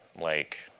like,